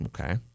Okay